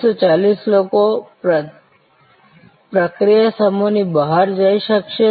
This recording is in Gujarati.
240 લોકો પ્રક્રિયા સમૂહ ની બહાર જઈ શકશે